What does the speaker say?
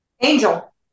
Angel